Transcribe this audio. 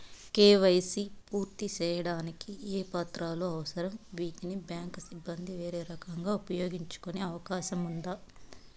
KYC పూర్తి సేయడానికి ఏ పత్రాలు అవసరం, వీటిని బ్యాంకు సిబ్బంది వేరే రకంగా ఉపయోగించే అవకాశం ఉందా?